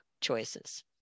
choices